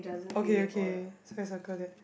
okay okay so I circle that